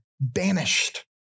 banished